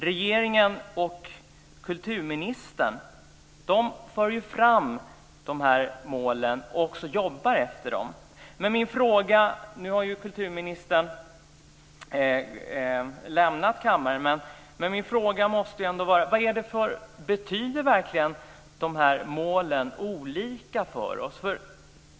Regeringen och kulturministern för fram de här målen och jobbar också efter dem. Nu har ju kulturministern lämnat kammaren, men min fråga måste ändå bli: Betyder verkligen de här målen olika saker för oss?